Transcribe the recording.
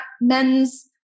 men's